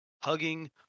hugging